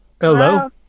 Hello